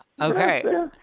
Okay